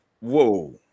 whoa